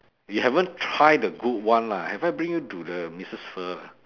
you haven't try the good one lah have I bring you to the missus pho